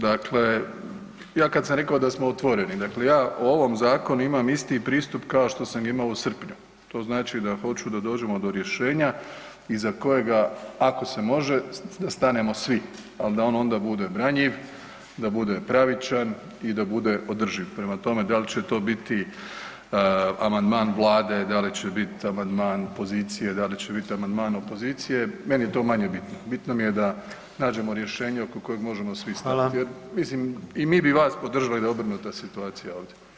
Dakle, ja kad sam rekao da smo otvoreni, dakle ja o ovom zakonu imam isti pristup kao što sam ga imao u srpnju, to znači da hoću da dođemo do rješenja iza kojega, ako se možemo, stanemo svi, ali da on onda bude branjiv, da bude pravičan i da bude održiv, prema tome, da li će to biti amandman Vlade, da li će biti amandman pozicije, da li će biti amandman opozicije, meni je to manje bitno, bitno mi je da nađemo rješenje oko kojeg možemo svi stati jer [[Upadica: Hvala.]] mislim i mi bi vas podržali da je obrnuta situacija ovdje.